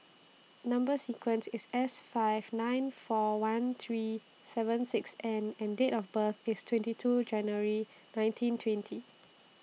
Number sequence IS S five nine four one three seven six N and Date of birth IS twenty two January nineteen twenty